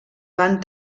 van